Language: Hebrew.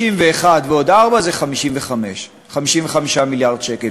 51 ועוד 4 זה 55. 55 מיליארד שקל.